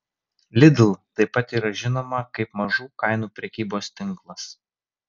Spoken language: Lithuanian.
lidl taip pat yra žinoma kaip mažų kainų prekybos tinklas